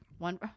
One